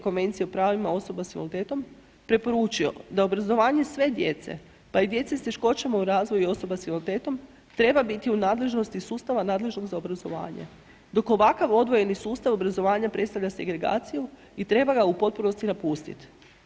Konvencije o pravima osoba s invaliditetom preporučio, da obrazovanje sve djece, pa i djece s teškoćama u razvoju i osoba s invaliditetom, treba biti u nadležnosti sustava nadležnog za obrazovanje, dok ovakav odvojeni sustav obrazovanja predstavlja segregaciju i treba ga u potpunosti napustiti.